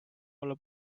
olla